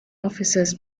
officers